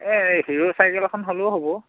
এ Hero cycle এখন হ'লেও হ'ব